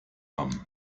haben